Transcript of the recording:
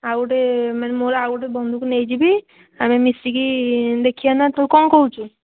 ଆଉ ଗୋଟେ ମାନେ ମୋର ଆଉ ଗୋଟେ ବନ୍ଧୁକୁ ନେଇଯିବି ଆମେ ମିଶିକି ଦେଖିବା ନା ତୁ କ'ଣ କହୁଛୁ